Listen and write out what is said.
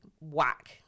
whack